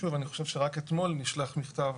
אני חושב שרק אתמול נשלח מכתב,